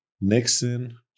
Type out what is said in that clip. Nixon